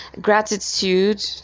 gratitude